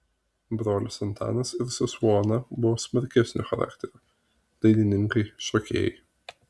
brolis antanas ir sesuo ona buvo smarkesnio charakterio dainininkai šokėjai